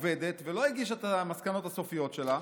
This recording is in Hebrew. עובדת ולא הגישה את המסקנות הסופיות שלה,